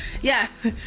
Yes